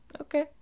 Okay